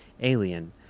Alien